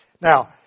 Now